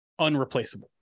unreplaceable